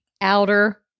outer